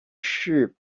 sheep